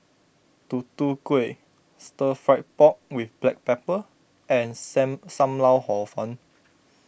Tutu Kueh Stir Fried Pork with Black Pepper and Sam Sam Lau Hor Fun